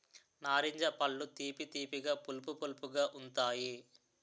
నారింజ పళ్ళు తీపి తీపిగా పులుపు పులుపుగా ఉంతాయి